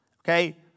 okay